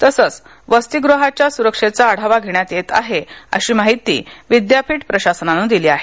तसच वसतिगृहाच्या सुरक्षेचा आढावा घेण्यात येत आहेअशी माहिती विद्यापीठ प्रशासनाने दिली आहे